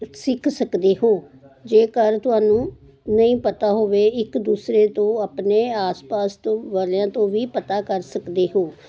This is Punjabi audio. ਸਿੱਖ ਸਕਦੇ ਹੋ ਜੇਕਰ ਤੁਹਾਨੂੰ ਨਹੀਂ ਪਤਾ ਹੋਵੇ ਇੱਕ ਦੂਸਰੇ ਤੋਂ ਆਪਣੇ ਆਸ ਪਾਸ ਤੋਂ ਵਾਲਿਆਂ ਤੋਂ ਵੀ ਪਤਾ ਕਰ ਸਕਦੇ ਹੋ